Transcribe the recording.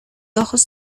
ojos